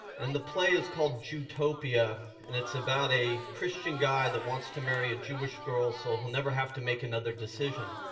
and the play is called jewtopia and it's about a christian guy that wants to marry a jewish girl so he'll never have to make another decision.